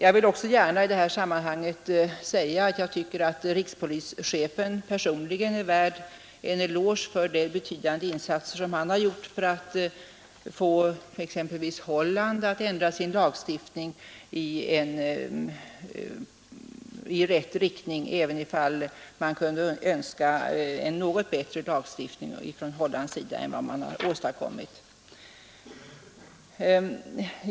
I detta sammanhang vill jag gärna säga att jag tycker att rikspolischefen personligen är värd en eloge för de betydande insatser som han har gjort för att få exempelvis Holland att ändra sin lagstiftning i rätt riktning även om man skulle önska en något bättre lagstiftning i Holland än den som åstadkommits.